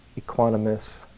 equanimous